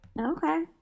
Okay